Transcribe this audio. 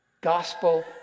gospel